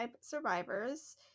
survivors